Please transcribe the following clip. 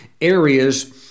areas